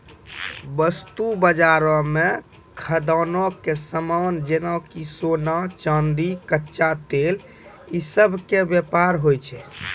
वस्तु बजारो मे खदानो के समान जेना कि सोना, चांदी, कच्चा तेल इ सभ के व्यापार होय छै